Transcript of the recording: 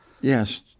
Yes